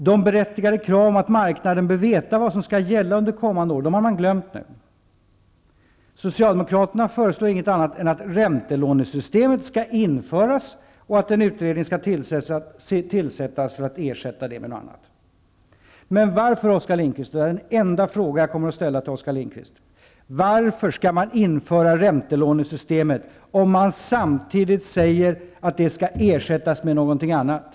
Det berättigade kravet att marknaden bör veta vad som skall gälla under kommande år har de glömt nu. Socialdemokraterna föreslår inget annat än att räntelånesystemet skall införas och att en utredning skall tillsättas för att ersätta det med något annat. Den enda fråga jag vill ställa till Oskar Lindkvist är denna: Varför skall man införa räntelånesystemet, om man samtidigt säger att det skall ersättas med någonting annat?